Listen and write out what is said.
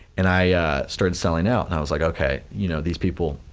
and i started selling out and i was like, okay, you know these people